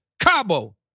Cabo